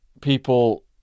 people